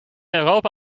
europa